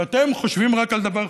ואתם חושבים רק על דבר אחד,